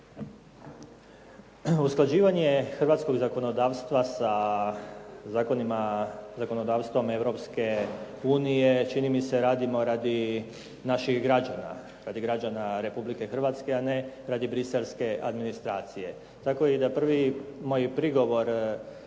Usklađivanje hrvatskog zakonodavstva sa zakonodavstvom Europske unije čini mi se radimo radi naših građana, radi građana Republike Hrvatske, a ne radi bruxellske administracije. Tako da i prvi moj prigovor